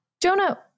Jonah